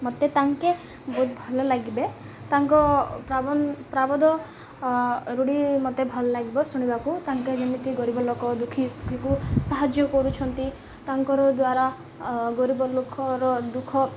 ମୋତେ ତାଙ୍କୁ ବହୁତ ଭଲ ଲାଗେ ତାଙ୍କ ରୂଢ଼ି ମୋତେ ଭଲ ଲାଗିବ ଶୁଣିବାକୁ ତାଙ୍କ ଯେମିତି ଗରିବ ଲୋକ ଦୁଃଖୀକୁ ସାହାଯ୍ୟ କରୁଛନ୍ତି ତାଙ୍କର ଦ୍ୱାରା ଗରିବ ଲୋକର ଦୁଃଖ